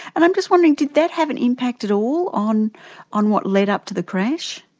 and i'm just wondering, did that have an impact at all on on what led up to the crash?